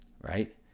right